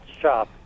shop